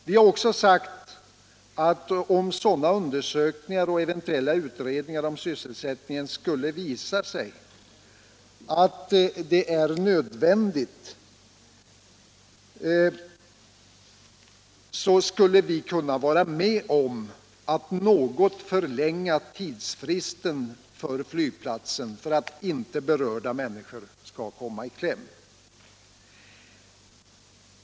Vidare har vi sagt, att om sådana undersökningar och eventuella utredningar rörande sysselsättningen skulle visa att så är nödvändigt kan vi vara med om att något förlänga tidsfristen för flygplatsen, för att inte berörda människor skall komma i kläm.